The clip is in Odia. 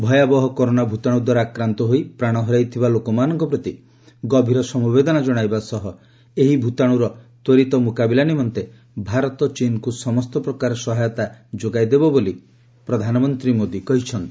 ଭୟାବହ କରୋନା ଭୂତାଣୁ ଦ୍ୱାରା ଆକ୍ରାନ୍ତ ହୋଇ ପ୍ରାଣ ହରାଇଥିବା ଲୋକମାନଙ୍କ ପ୍ରତି ଗଭୀର ସମବେଦନା ଜଣାଇବା ସହ ଏହି ଭୂତାଣୁର ତ୍ୱରିତ ମୁକାବିଲା ନିମନ୍ତେ ଭାରତ ଚୀନ୍କୁ ସମସ୍ତ ପ୍ରକାର ସହାୟତା ଯୋଗାଇ ଦେବ ବୋଲି ଶ୍ରୀମୋଦି କହିଚ୍ଛନ୍ତି